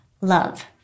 love